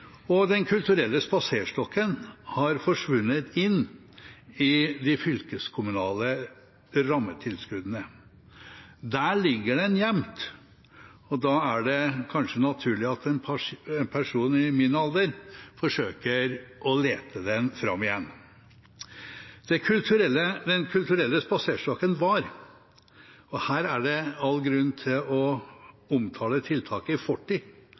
og Den kulturelle spaserstokken har forsvunnet inn i de fylkeskommunale rammetilskuddene. Der ligger den gjemt, og da er det kanskje naturlig at en person i min alder forsøker å lete den fram igjen. Den kulturelle spaserstokken var – og her er det all grunn til å omtale tiltaket i